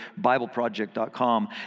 BibleProject.com